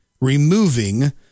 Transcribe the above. removing